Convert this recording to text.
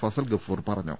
ഫസൽഗഫൂർ പറഞ്ഞു